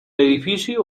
edificio